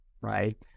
right